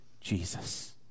Jesus